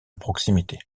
proximité